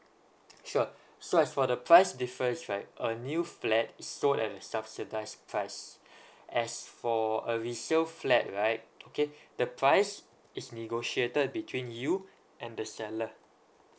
sure so as for the price difference right a new flat is sold at the subsidised price as for a resale flat right okay the price is negotiated between you and the seller